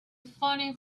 funny